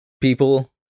people